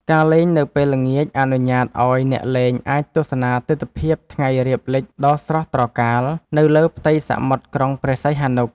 ការលេងនៅពេលល្ងាចអនុញ្ញាតឱ្យអ្នកលេងអាចទស្សនាទិដ្ឋភាពថ្ងៃរៀបលិចដ៏ស្រស់ត្រកាលនៅលើផ្ទៃសមុទ្រក្រុងព្រះសីហនុ។